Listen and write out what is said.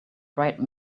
bright